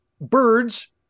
birds